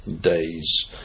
days